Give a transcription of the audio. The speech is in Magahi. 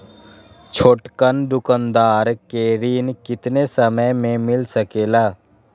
छोटकन दुकानदार के ऋण कितने समय मे मिल सकेला?